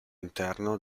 interno